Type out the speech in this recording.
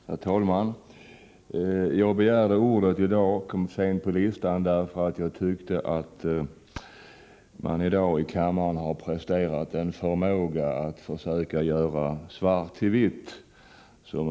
Herr talman! Jag kom sent på listan eftersom jag begärde ordet först i dag. Jag anmälde mig till debatten därför att jag tyckte att det i dag i kammaren har givits bevis på en ganska fantastisk förmåga att göra svart till vitt.